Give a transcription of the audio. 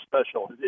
special